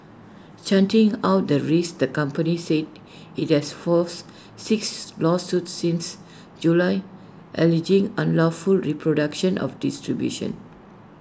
charting out the risks the company said IT has faced six lawsuits since July alleging unlawful reproduction of distribution